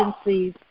agencies